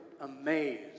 amazed